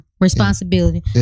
responsibility